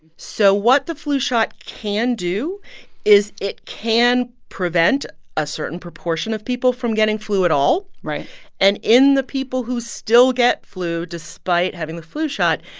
so what the flu shot can do is it can prevent a certain proportion of people from getting flu at all right and in the people who still get flu, despite having the flu shot,